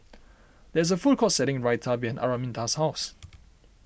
there is a food court selling Raita behind Araminta's house